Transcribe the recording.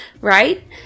right